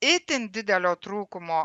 itin didelio trūkumo